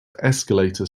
escalator